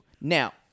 Now